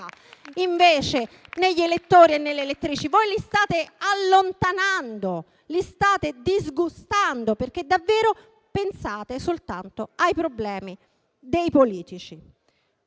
invece, negli elettori e nelle elettrici. Voi li state allontanando, li state disgustando, perché davvero pensate soltanto ai problemi dei politici.